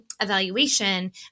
evaluation